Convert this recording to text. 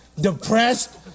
depressed